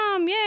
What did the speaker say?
yay